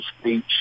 speech